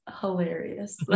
hilarious